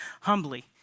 humbly